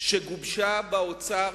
שגובשה באוצר,